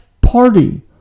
party